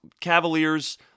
Cavaliers